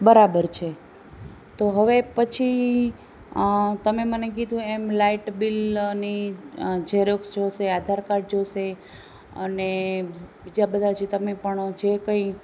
બરાબર છે તો હવે પછી તમે મને કીધું એમ લાઇટબિલની ઝેરોક્ષ જોશે આધારકાર્ડ જોશે અને બીજા બધા જે તમે પણ જે કંઈ